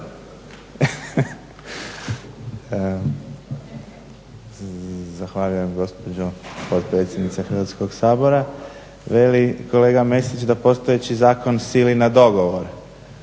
Zahvaljujem gospođo potpredsjednice Hrvatskog sabora. Veli kolega Mesić da postojeći zakon sili na dogovor